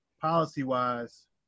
policy-wise